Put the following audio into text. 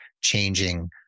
changing